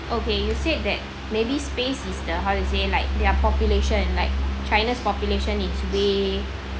okay you said that maybe space is the how to say like their population and like china's population it's way